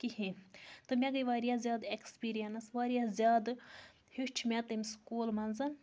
کِہیٖنۍ تہٕ مےٚ گٔے واریاہ زیادٕ ایٚکسپیٖریَنس واریاہ زیادٕ ہیوٚچھ مےٚ تٔمہِ سکوٗل مَنٛز